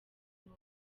hose